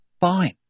fine